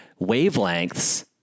wavelengths